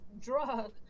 drug